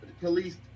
police